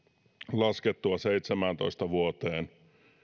laskettua seitsemääntoista vuoteen